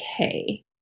okay